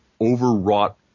overwrought